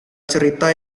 cerita